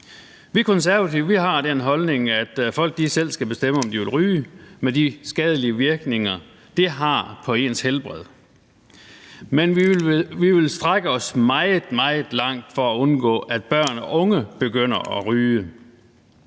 Vi Konservative har den holdning, at folk selv skal bestemme, om de vil ryge med de skadelige virkninger, det har, på ens helbred, men vi vil strække os meget, meget langt for at undgå, at børn og unge begynder at ryge.